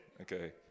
Okay